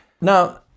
now